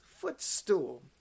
footstool